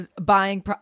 buying